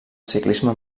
ciclisme